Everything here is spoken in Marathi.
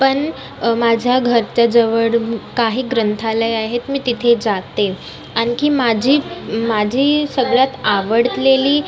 पण माझ्या घराच्या जवळ काही ग्रंथालये आहेत मी तिथे जाते आणखी माझी माझी सगळ्यात आवडलेली